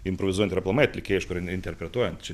improvizuojant ir aplamai atlikėjui aišku neinterpretuojant čia